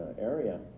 area